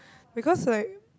because like